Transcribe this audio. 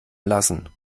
lassen